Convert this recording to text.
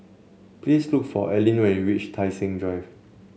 please look for Ellyn when you reach Tai Seng Drive